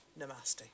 Namaste